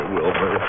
Wilbur